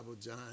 John